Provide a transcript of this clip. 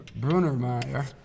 Brunermeyer